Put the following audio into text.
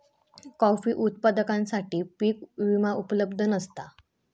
coffee उत्पादकांसाठी पीक विमा उपलब्ध नसता